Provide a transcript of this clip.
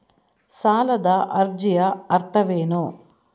ಸಾಲದ ಅರ್ಜಿಯ ಅರ್ಥವೇನು?